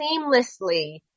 seamlessly